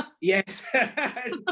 yes